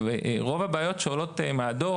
רוב הבעיות שעולות מהדוח